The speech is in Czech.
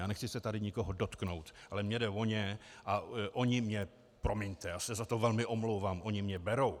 A nechci se tady nikoho dotknout, ale mně jde o ně a oni mě, promiňte, já se za to velmi omlouvám, oni mě berou.